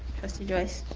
trustee joyce?